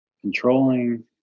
controlling